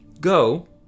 Go